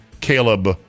Caleb